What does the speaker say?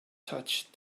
touched